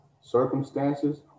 circumstances